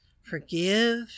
forgive